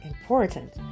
important